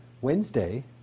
Wednesday